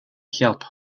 hjälp